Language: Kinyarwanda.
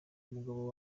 umugabo